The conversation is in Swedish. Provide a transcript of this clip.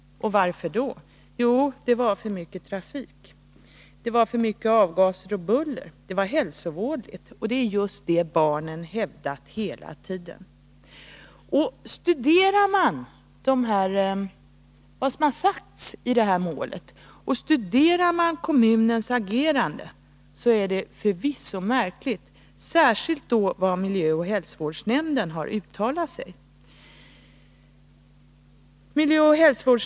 Varför? Jo, därför att det var för mycket trafik. Det var för mycket avgaser och buller, det var hälsovådligt. Det är precis vad barnen hela tiden har hävdat. Studerar man vad som har sagts i detta mål och studerar man kommunens agerande, finner man det förvisso märkligt, särskilt vad miljöoch hälsovårdsnämnden har uttalat.